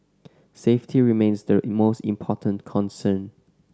safety remains the most important concern